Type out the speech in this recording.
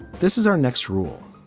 this is our next rule.